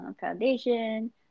foundation